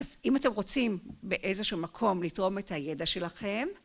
אז אם אתם רוצים באיזשהו מקום לתרום את הידע שלכם...